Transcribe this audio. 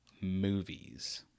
movies